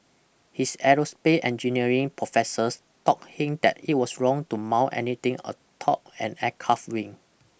his aerospace engineering professors taught him that it was wrong to mount anything atop an aircraft wing